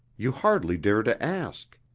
you hardly dare to ask.